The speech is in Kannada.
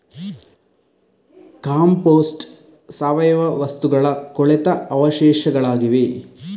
ಕಾಂಪೋಸ್ಟ್ ಸಾವಯವ ವಸ್ತುಗಳ ಕೊಳೆತ ಅವಶೇಷಗಳಾಗಿವೆ